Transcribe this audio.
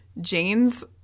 Jane's